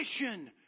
mission